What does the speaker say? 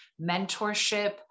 mentorship